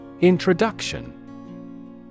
Introduction